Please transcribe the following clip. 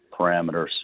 parameters